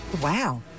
Wow